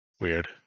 weird